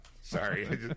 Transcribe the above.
Sorry